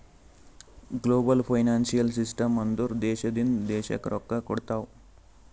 global financial system ಅಂದುರ್ ದೇಶದಿಂದ್ ದೇಶಕ್ಕ್ ರೊಕ್ಕಾ ಕೊಡ್ತಾವ್